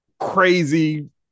crazy